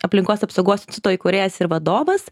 aplinkos apsaugos stuto įkūrėjas ir vadovas